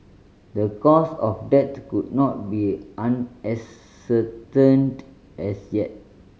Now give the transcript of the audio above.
the cause of death could not be ascertained as yet